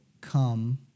come